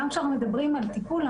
גם כשאנחנו מדברים על טיפול,